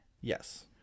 Yes